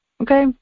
Okay